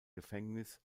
gefängnis